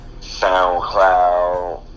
SoundCloud